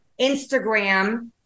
Instagram